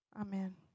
Amen